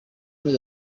mezi